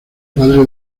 padre